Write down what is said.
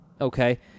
Okay